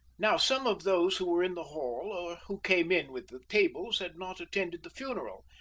now some of those who were in the hall or who came in with the tables had not attended the funeral,